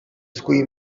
escull